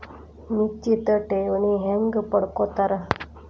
ನಿಶ್ಚಿತ್ ಠೇವಣಿನ ಹೆಂಗ ಪಡ್ಕೋತಾರ